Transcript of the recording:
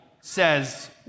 says